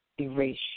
erase